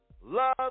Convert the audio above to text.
love